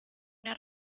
una